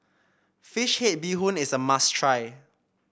fish head Bee Hoon is a must try